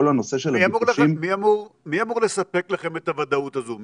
כל הנושא של --- מי אמור לספק לכם את הוודאות הזו?